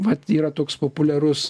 vat yra toks populiarus